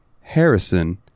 harrison